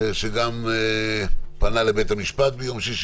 שגם פנה לבית המשפט ביום שישי.